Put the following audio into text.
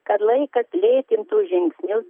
kad laikas lėtintų žingsnius